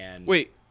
Wait